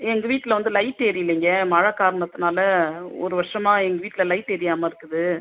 எங்கள் வீட்டில் வந்து லைட்டு எரியிலங்க மழை காரணத்துனால ஒரு வர்ஷமாக எங்கள் வீட்டில் லைட் எரியாம இருக்குது